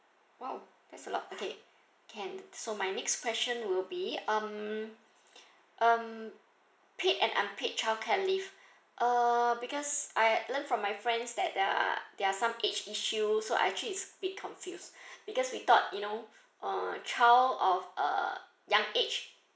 !wow! that's a lot okay can so my next question will be um um paid and unpaid childcare leave uh because I learn from my friends that uh there some age issue so actually it's a bit confuse because we thought you know uh child of uh young age